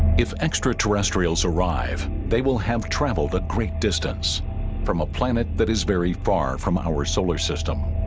if extraterrestrials arrive, they will have travelled a great distance from a planet that is very far from our solar system